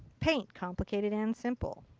paint. complicated and simple.